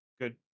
good